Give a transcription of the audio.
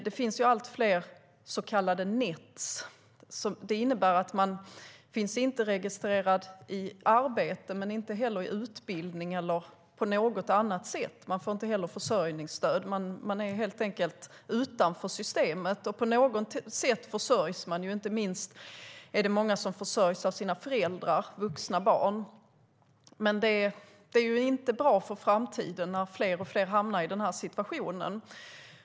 Det blir allt fler så kallade NEET. Det innebär att man inte finns registrerad i arbete och inte heller i utbildning eller på annat sätt. Man får inte heller försörjningsstöd. Man är helt enkelt utanför systemet. På något sätt försörjs man. Inte minst är det många vuxna barn som försörjs av sina föräldrar. Men det är inte bra för framtiden när allt fler hamnar i den här situationen.